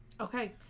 Okay